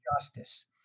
justice